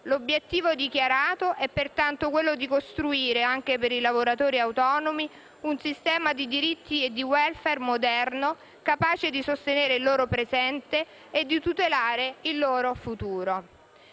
L'obiettivo dichiarato è pertanto quello di costruire, anche per i lavoratori autonomi, un sistema di diritti e di *welfare* moderno, capace di sostenere il loro presente e di tutelare il loro futuro.